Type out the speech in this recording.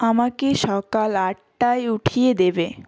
আমাকে সকাল আটটায় উঠিয়ে দেবে